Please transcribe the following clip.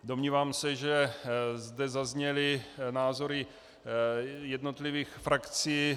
Domnívám se, že zde zazněly názory jednotlivých frakcí.